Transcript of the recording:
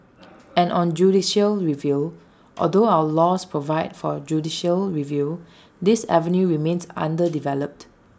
and on judicial review although our laws provide for judicial review this avenue remains underdeveloped